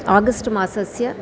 August मासस्य